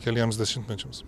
keliems dešimtmečiams